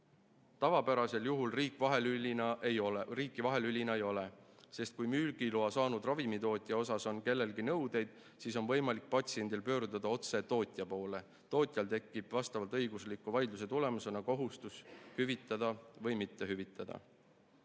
Tavapärasel juhul riiki vahelülina ei ole, sest kui müügiloa saanud ravimitootja suhtes on kellelgi nõudeid, siis on võimalik patsiendil pöörduda otse tootja poole. Tootjal tekib vastavalt õigusliku vaidluse tulemusena kohustus hüvitada või mitte hüvitada. Minister